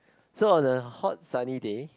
so on a hot sunny day